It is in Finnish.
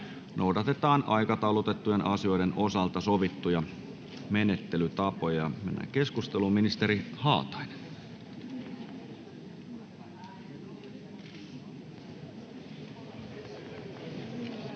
noudatetaan aikataulutettujen asioiden osalta sovittuja menettelytapoja. — Mennään keskusteluun. Ministeri Haatainen.